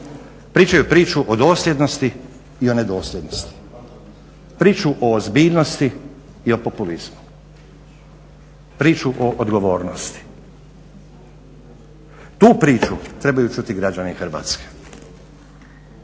Pričaju priču o dosljednosti i o nedosljednosti, priču o ozbiljnosti i o populizmu, priču o odgovornosti. Tu priču trebaju čuti građani Hrvatske.